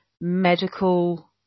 medical